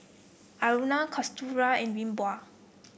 Aruna Kasturba and Vinoba